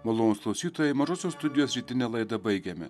malonūs klausytojai mažosios studijos rytinę laidą baigėme